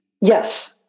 Yes